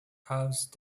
house